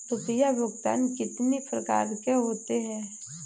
रुपया भुगतान कितनी प्रकार के होते हैं?